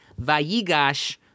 Vayigash